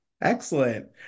Excellent